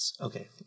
Okay